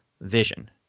vision